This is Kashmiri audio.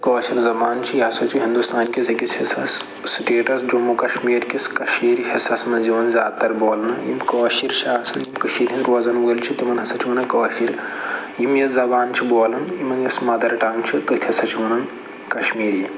کٲشِر زبان چھِ یہِ ہَسا چھِ ہِندُستان کِس أکِس حِصَس سٹیٹَس جموں کشمیر کِس کٔشیٖر حِصَس مَنٛز یِوان زیادٕ تر بولنہٕ یِم کٲشِرۍ چھِ آسان یِم کٔشیٖرِ ہِنٛدۍ روزَن وٲلۍ چھِ تِمن ہَسا چھِ ونان کٲشِر یِم یہِ زبان چھِ بولان یِمن یُس مَدَر ٹَنٛگ چھِ تٔتھۍ ہَسا چھِ ونان کشمیٖری